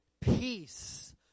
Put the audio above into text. peace